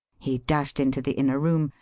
he dashed into the inner room,